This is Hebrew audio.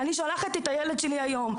אני שולחת את הילד שלי היום,